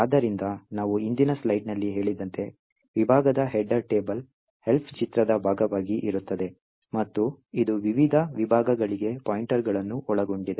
ಆದ್ದರಿಂದ ನಾವು ಹಿಂದಿನ ಸ್ಲೈಡ್ನಲ್ಲಿ ಹೇಳಿದಂತೆ ವಿಭಾಗದ ಹೆಡರ್ ಟೇಬಲ್ Elf ಚಿತ್ರದ ಭಾಗವಾಗಿ ಇರುತ್ತದೆ ಮತ್ತು ಇದು ವಿವಿಧ ವಿಭಾಗಗಳಿಗೆ ಪಾಯಿಂಟರ್ಗಳನ್ನು ಒಳಗೊಂಡಿದೆ